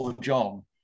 John